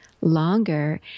longer